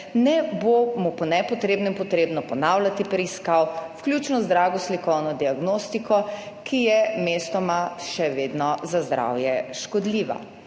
ne bo mu po nepotrebnem potrebno ponavljati preiskav, vključno z drago slikovno diagnostiko, ki je mestoma še vedno za zdravje škodljiva,